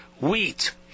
wheat